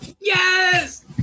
yes